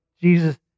Jesus